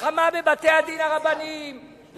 למלחמה בבתי-הדין הרבניים בשיתוף עם ש"ס, עם ש"ס.